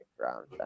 round